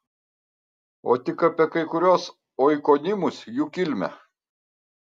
o tik apie kai kuriuos oikonimus jų kilmę